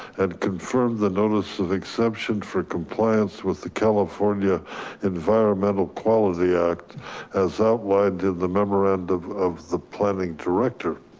and confirmed the notice of exception for compliance with the california environmental quality act as ah why did the memorandum of the planning director.